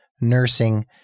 Nursing